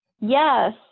Yes